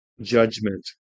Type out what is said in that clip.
judgment